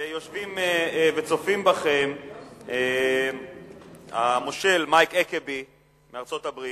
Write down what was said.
ויושבים וצופים בכם המושל מייק האקבי מארצות-הברית,